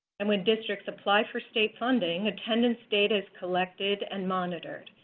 and when districts apply for state funding, attendance data is collected and monitored.